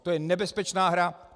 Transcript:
To je nebezpečná hra.